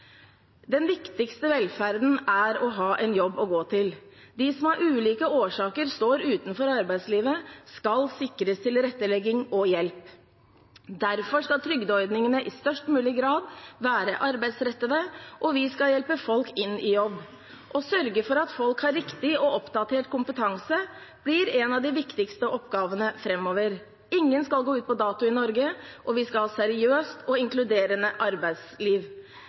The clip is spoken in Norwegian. Den viktigste velferden er å ha en jobb å gå til. De som av ulike årsaker står utenfor arbeidslivet, skal sikres tilrettelegging og hjelp. Derfor skal trygdeordningene i størst mulig grad være arbeidsrettede, og vi skal hjelpe folk inn i jobb. Å sørge for at folk har riktig og oppdatert kompetanse, blir en av de viktigste oppgavene framover. Ingen skal gå ut på dato i Norge, og vi skal ha et seriøst og inkluderende arbeidsliv.